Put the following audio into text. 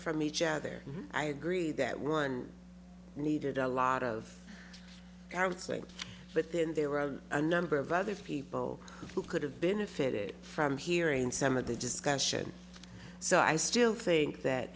from each other i agree that one needed a lot of i would say that but then there were a number of other people who could have benefited from hearing some of the discussion so i still think that